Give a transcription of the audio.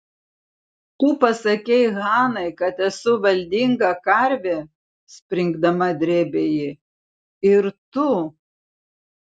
tu pasakei hanai kad esu valdinga karvė springdama drėbė ji ir tu